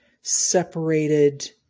separated